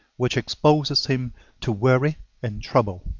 which exposes him to worry and trouble.